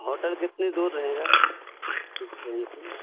hotel کتنی دور رہے گا اسٹین سے